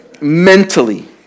mentally